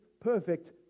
Perfect